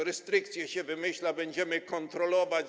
Restrykcje się wymyśla, będziemy kontrolować itd.